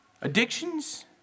Addictions